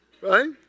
right